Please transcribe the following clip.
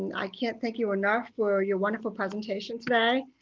i can't thank you enough for your wonderful presentation today.